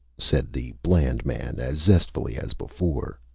said the bland man, as zestfully as before.